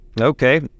Okay